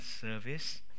service